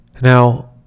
Now